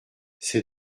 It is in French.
c’est